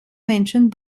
mentioned